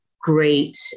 great